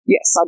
Yes